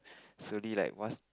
slowly like was